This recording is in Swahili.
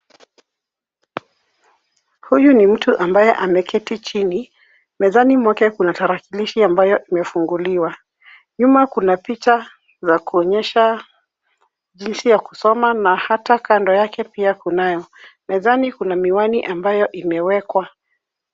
Huyu ni mtu ambaye ameketi chini. Mezani mwake kuna tarakilishi ambayo imefunguliwa. Nyuma kuna picha za kuonyesha jinsi ya kusoma na hata kando yake pia kunayo. Mezani kuna miwani ambayo imewekwa.